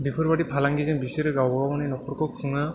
बेफोरबादि फालांगिजों बिसोरो गावबा गावनि नखरखौ खुङो